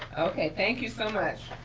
okay, thank you so much.